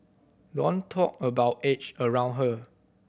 don't talk about age around her